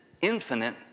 infinite